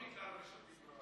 אבל זה לא מכלל המשרתים במשטרה?